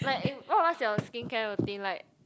like if what what's your skincare routine like